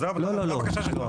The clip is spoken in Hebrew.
זו הבקשה שלך.